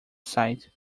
site